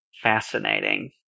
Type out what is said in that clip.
fascinating